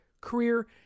career